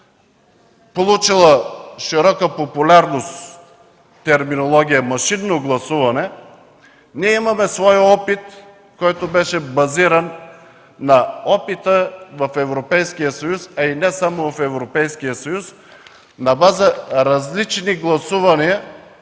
получилата широка популярност терминология машинно гласуване, ние имаме своя опит, базиран на опита в Европейския съюз, а и не само в Европейския съюз на база различни гласувания